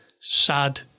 sad